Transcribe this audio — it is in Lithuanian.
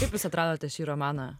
kaip jūs atradote šį romaną